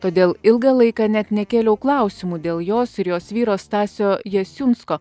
todėl ilgą laiką net nekėliau klausimų dėl jos ir jos vyro stasio jasiunsko